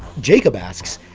jacob asks,